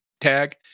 tag